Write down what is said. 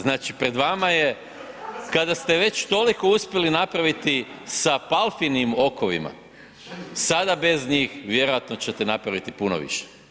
Znači, pred vama je, kada ste već toliko uspjeli napraviti sa Palfinim okovima, sad bez njih vjerojatno ćete napraviti puno više.